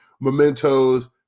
mementos